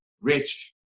rich